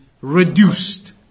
reduced